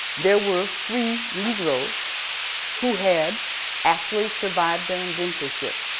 there were free negros who had actually survived their indentureship.